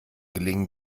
gelingen